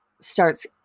starts